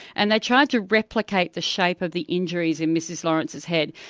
and they tried to replicate the shape of the injuries in mrs lawrence's head.